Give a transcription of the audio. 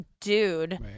dude